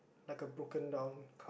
like a broken down